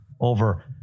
over